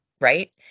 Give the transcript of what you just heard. right